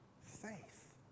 faith